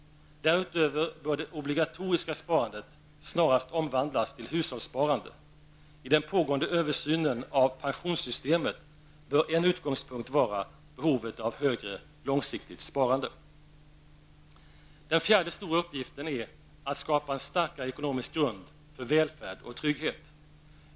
Därutöver bör det obligatoriska sparandet snarast omvandlas till hushållssparande. I den pågående översynen av pensionssystemet bör en utgångspunkt vara behovet av högre långsiktigt sparande. Den fjärde stora uppgiften är att skapa en starkare ekonomisk grund för välfärd och trygghet.